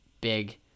big